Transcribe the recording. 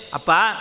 Apa